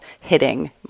hitting